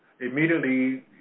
immediately